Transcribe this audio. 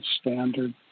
Standard